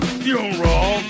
funeral